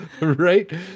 right